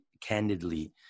candidly